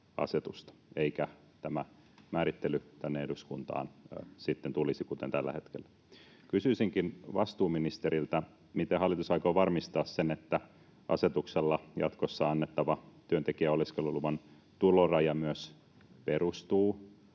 eikä tämä määrittely tänne eduskuntaan sitten tulisi, kuten tällä hetkellä. Kysyisinkin vastuuministeriltä: miten hallitus aikoo varmistaa sen, että asetuksella jatkossa annettava työntekijän oleskeluluvan tuloraja myös perustuu